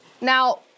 Now